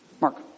Mark